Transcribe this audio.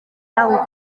ddalfa